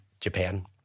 Japan